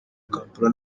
kampala